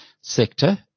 sector